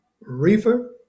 reefer